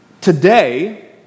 today